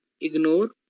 ignore